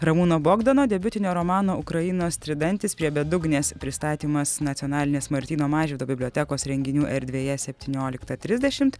ramūno bogdano debiutinio romano ukrainos tridantis prie bedugnės pristatymas nacionalinės martyno mažvydo bibliotekos renginių erdvėje septynioliktą trisdešimt